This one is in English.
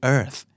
Earth